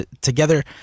together